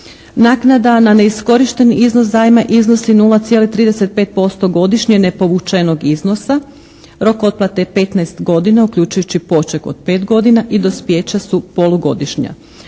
Naknada na neiskorišteni iznos zajma iznosi 0,35% godišnje nepovučenog iznosa. Rok otplate je 15 godina uključujući poček od 5 godina i dospjeća su polugodišnja.